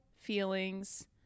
feelings